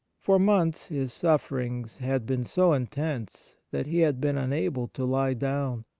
for months his sufferings had been so intense that he had been unable to lie down.